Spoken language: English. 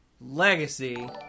Legacy